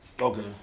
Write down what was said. Okay